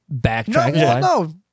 backtrack